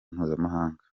mpuzamahanga